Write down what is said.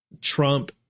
Trump